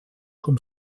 com